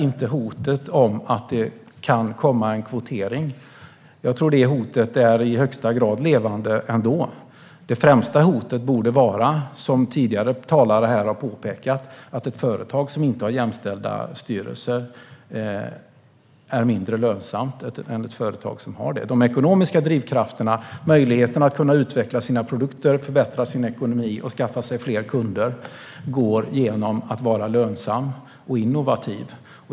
Jag tror att det hotet är i högsta grad levande ändå. Det främsta hotet borde vara, vilket tidigare talare har påpekat, att ett företag som inte har en jämställd styrelse är mindre lönsamt än ett företag som har det. De ekonomiska drivkrafterna - möjligheterna att kunna utveckla sina produkter, förbättra sin ekonomi och skaffa fler kunder - nås genom att vara lönsam och innovativ.